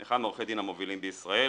אחד מעורכי הדין המובילים בישראל,